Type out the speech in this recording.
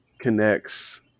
connects